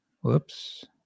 whoops